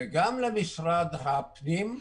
וגם למשרד הפנים,